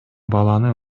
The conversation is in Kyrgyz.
баланы